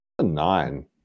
Nine